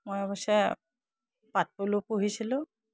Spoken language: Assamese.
মই অৱশ্যে পাট পলু পুহিছিলোঁ